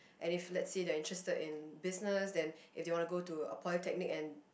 and if lets say they are interested in business and if they want to go to a polytechnic and